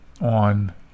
on